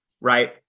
right